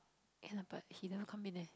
can lah but he never come in leh